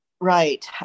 Right